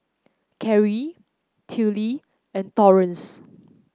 Carey Tillie and Torrence